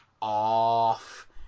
off